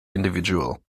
individual